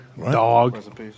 Dog